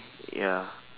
ya